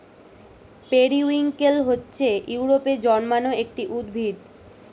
periwinkle হচ্ছে ইউরোপে জন্মানো একটি উদ্ভিদ